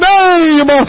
name